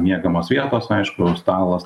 miegamos vietos aišku stalas